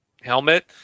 helmet